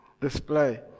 display